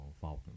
Falcon